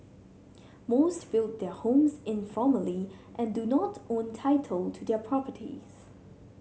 most built their homes informally and do not own title to their properties